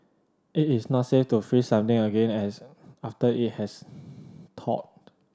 it is not safe to freeze something again as after it has thawed